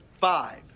five